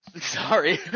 Sorry